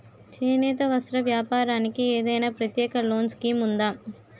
చేనేత వస్త్ర వ్యాపారానికి ఏదైనా ప్రత్యేక లోన్ స్కీం ఉందా?